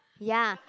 ya